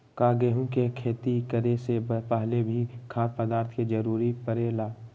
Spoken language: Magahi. का गेहूं के खेती करे से पहले भी खाद्य पदार्थ के जरूरी परे ले?